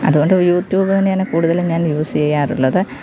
അത്കൊണ്ട് യൂറ്റൂബ് തന്നെയാണ് കൂടുതലും ഞാൻ യൂസ് ചെയ്യാറുള്ളത്